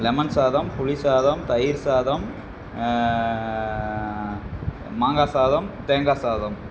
lemon சாதம் புளி சாதம் தயிர் சாதம் மாங்காய் சாதம் தேங்காய் சாதம்